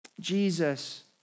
Jesus